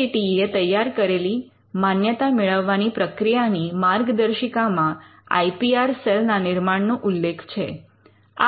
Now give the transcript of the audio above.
English word Word Meaning Data sheet data sheet માહિતી આપતી વિસ્તૃત સૂચિ Accreditation એક્રેડીટેશન અધિકૃત રીતે મેળવેલી માન્યતા